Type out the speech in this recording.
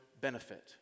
benefit